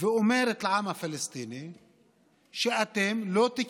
הם רוצים?